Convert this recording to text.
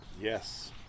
Yes